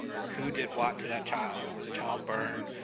or who did what to that child, with a child burn,